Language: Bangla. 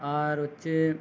আর হচ্ছে